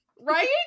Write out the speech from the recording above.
Right